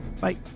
Bye